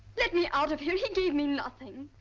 let me out of here. he gave me nothing.